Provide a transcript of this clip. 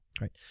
right